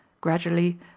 Gradually